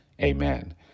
Amen